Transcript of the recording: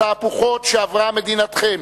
התהפוכות שעברה מדינתכם,